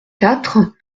quatre